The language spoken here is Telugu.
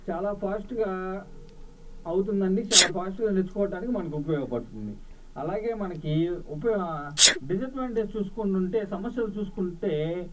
చాలా ఫాస్ట్గా అవుతుందండి చాలా ఫాస్ట్గా నేర్చుకోవడానికి మనకు ఉపయోగపడుతుంది అలాగే మనకి డిస్అడ్వాన్టేజ్ చూసుకుంటుంటే సమస్యలు చూసుకుంటే